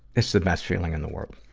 it's the best feeling in the world.